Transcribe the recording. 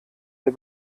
der